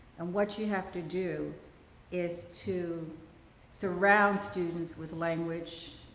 and what you have to do is to surround students with language,